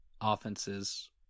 offenses